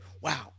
wow